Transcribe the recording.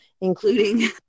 Including